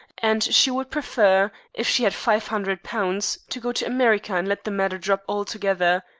and she would prefer, if she had five hundred pounds, to go to america, and let the matter drop altogether.